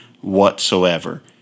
whatsoever